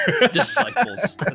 Disciples